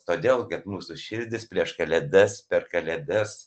todėl kad mūsų širdys prieš kalėdas per kalėdas